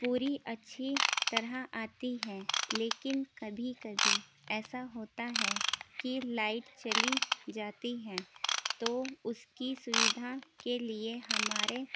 پوری اچھی طرح آتی ہے لیکن کبھی کبھی ایسا ہوتا ہے کہ لائٹ چلی جاتی ہے تو اس کی سویدھا کے لیے ہمارے